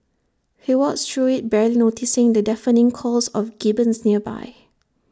he walks through IT barely noticing the deafening calls of gibbons nearby